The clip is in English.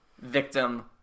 victim-